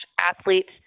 athletes